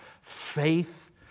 Faith